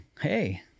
hey